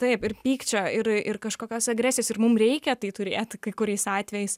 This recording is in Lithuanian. taip ir pykčio ir ir kažkokios agresijos ir mum reikia tai turėt kai kuriais atvejais